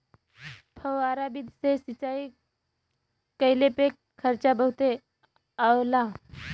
फौआरा विधि से सिंचाई कइले पे खर्चा बहुते आवला